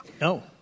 No